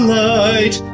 light